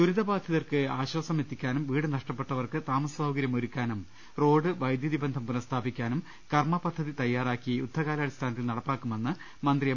ദുരിത ബാധിതർക്ക് ആശ്വാസം എത്തിക്കാനും വീട് നഷ്ടപ്പെട്ട വർക്ക് താമസ സൌകര്യം ഒരുക്കാനും റോഡ് വൈദ്യുതി ബന്ധം പുനസ്ഥാപിക്കാനും കർമ്മപദ്ധതി തയ്യാറാക്കി യുദ്ധകാലാടിസ്ഥാന ത്തിൽ നടപ്പാക്കുമെന്ന് മന്ത്രി എം